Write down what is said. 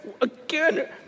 again